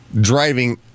driving